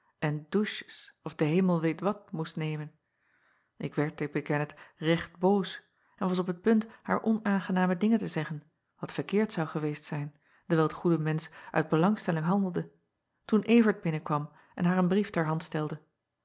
en douches of de hemel weet wat moest nemen k werd ik beken het recht boos en was op het punt haar onaangename dingen te zeggen wat verkeerd zou geweest zijn dewijl t goede mensch uit belangstelling handelde toen vert binnenkwam en haar een brief ter hand stelde